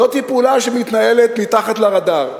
זאת פעולה שמתנהלת מתחת לרדאר,